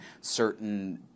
certain